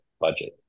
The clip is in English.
budget